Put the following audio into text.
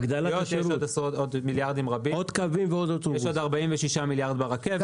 יש עוד 46 מיליארד ברכבת.